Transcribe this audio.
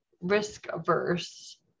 risk-averse